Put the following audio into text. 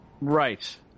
right